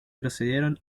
procedieron